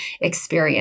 experience